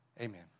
Amen